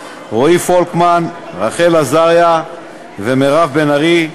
רועי פולקמן, רחל עזריה ומירב בן ארי,